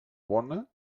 bona